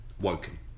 Woken